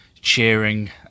cheering